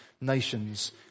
nations